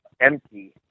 empty